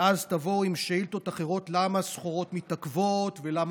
ואז תבואו עם שאילתות אחרות: למה סחורות מתעכבות ולמה